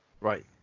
Right